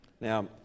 now